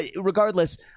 regardless